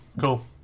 Cool